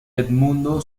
edmundo